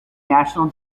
national